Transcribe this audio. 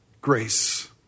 grace